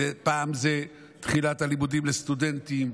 פעם זה תחילת הלימודים לסטודנטים,